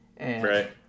Right